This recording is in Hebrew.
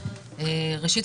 ראשית,